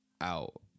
out